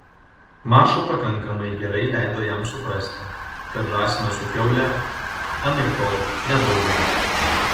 maša pakankamai gerai leido jam suprasti kad žąsinas su kiaule anaiptol ne draugai